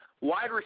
wide